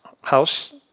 house